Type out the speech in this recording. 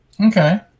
Okay